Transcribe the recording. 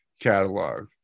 catalog